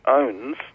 owns